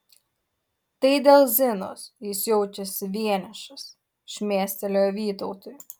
tai dėl zinos jis jaučiasi vienišas šmėstelėjo vytautui